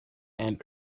and